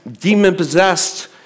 demon-possessed